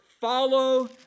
follow